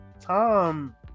Tom